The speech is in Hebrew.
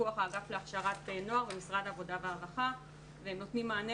בפיקוח האגף להכשרת נוער במשרד העבודה הורווחה והם נותנים מענה